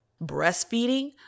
breastfeeding